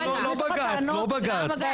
לא בג"ץ,